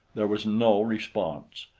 there was no response.